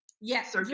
Yes